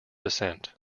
descent